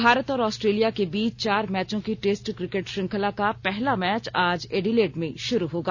भारत और ऑस्ट्रेलिया के बीच चार मैचों की टेस्ट क्रिकेट श्रृंखला का पहला मैच आज एडिलेड में शुरू होगा